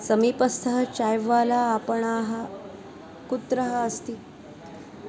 समीपस्थः चाय्वाला आपणः कुत्रः अस्ति